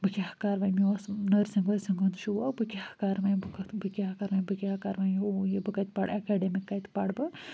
بہٕ کیٛاہ کَرٕ وۄنۍ مےٚ اوس نٔرسِنٛگ ؤرسِنٛگ ہُنٛد شوق بہٕ کیٛاہ کَرٕ وۄنۍ بہٕ بہٕ کیٛاہ کَر وۄنۍ بہٕ کیٛاہ کَر وۄنۍ ہُہ یہِ بہٕ کَتہِ پرٕ اٮ۪کٮ۪ڈِمِک کَتہِ پَرٕ بہٕ